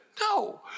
no